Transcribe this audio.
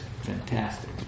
fantastic